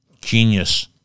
Genius